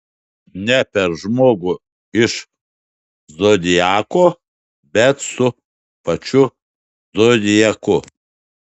ne per žmogų iš zodiako bet su pačiu zodiaku